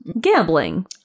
gambling